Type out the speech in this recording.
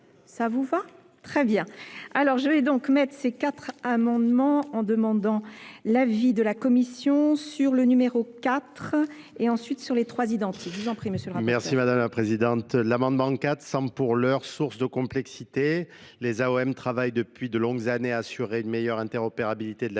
ça vous va très bien. alors je vais donc mettre ces quatre amendements en demandant l'avis de la Commission sur le numéro quatre et ensuite sur les trois identi. je vous en prie, M. le rapporteur. L'amendement quatre semble, pour l'heure, source de complexité. les O M travaillent depuis de longues années à assurer une meilleure interopérabilité de la bie